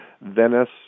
Venice